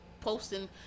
posting